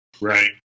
right